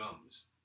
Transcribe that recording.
Gums